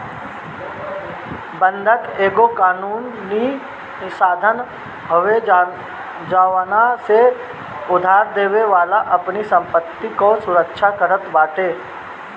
बंधक एगो कानूनी साधन हवे जवना से उधारदेवे वाला अपनी संपत्ति कअ सुरक्षा करत बाटे